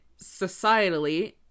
societally